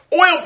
oil